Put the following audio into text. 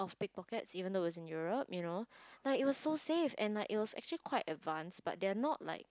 pickpockets even though it is in Europe you know like it was so safe and like it was actually quite advanced but they're not like